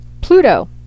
Pluto